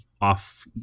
off